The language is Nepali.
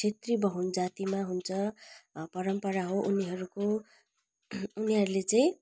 छेत्री बाहुन जातिमा हुन्छ परम्परा हो उनीहरूको उनीहरूले चाहिं